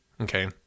okay